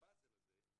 הפאזל הזה,